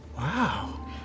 Wow